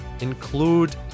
include